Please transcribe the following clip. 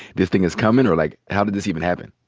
this thing is comin'? or, like, how did this even happen?